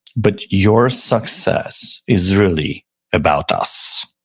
but your success is really about us,